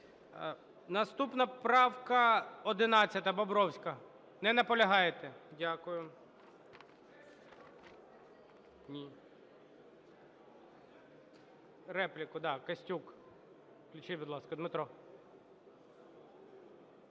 Наступна правка 11, Бобровська. Не наполягаєте. Дякую. Репліку, да, Костюк. Включіть, будь ласка. Дмитро,